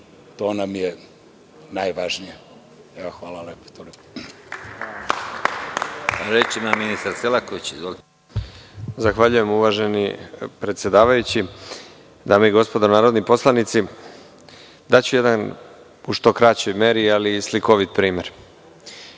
to nam je najvažnije. Hvala.